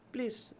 please